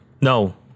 No